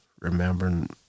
remembering